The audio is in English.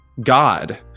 God